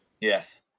Yes